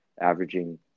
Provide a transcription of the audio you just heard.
averaging